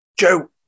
Joe